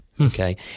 Okay